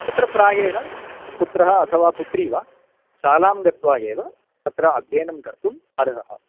तत्र प्रायेण पुत्रः अथवा पुत्री वा शालां गत्वा एव तत्र अध्ययनं कर्तुम् अर्हतः